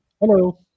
Hello